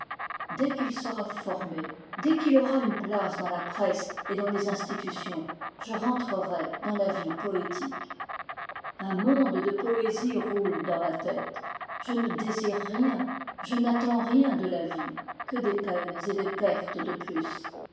dès qu'il sera formé dès qu'il aura une place dans la presse et dans les institutions je rentrerai dans la vie poétique un monde de poésie roule dans ma tête je ne désire rien je n'attends rien de la vie que des peines et des pertes de plus